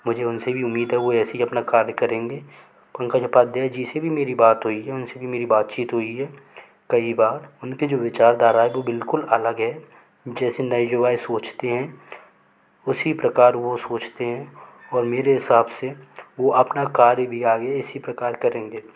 मुझे उन से भी उम्मीद है वो ऐसे ही अपना कार्य करेंगे पंकज उपाध्याय जी से भी मेरी बात हुई है उन से भी मेरी बातचीत हुई है कई बार उनके जो विचारधारा है वो बिल्कुल अलग है जैसे नए युवा सोचते हैं उसी प्रकार वो सोचते हैं और मेरे हिसाब से वो अपना कार्य भी आगे इसी प्रकार करेंगे